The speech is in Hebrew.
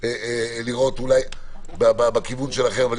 אבל נציג את הפתרון.